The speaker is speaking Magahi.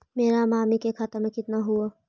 मेरा मामी के खाता में कितना हूउ?